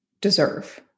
deserve